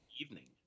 evening